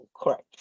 correct